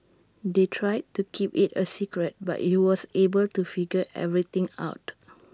they tried to keep IT A secret but he was able to figure everything out